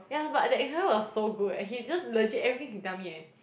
ya but that instructor was so good eh he just legit everything he tell me eh